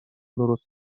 درست